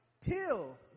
Till